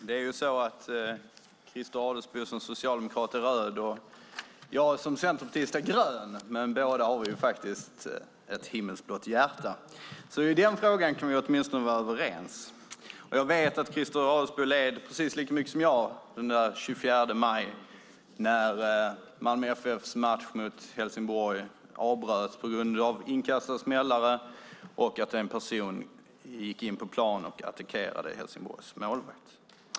Herr talman! Christer Adelsbo är som socialdemokrat röd och jag som Centerpartist grön, men båda har vi ett himmelsblått hjärta. I det är vi åtminstone överens. Jag vet att Christer Adelsbo led lika mycket som jag den 24 maj när Malmö FF:s match mot Helsingborg avbröts på grund av att det kastades smällare och att en person gick in på plan och attackerade Helsingborgs målvakt.